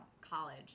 college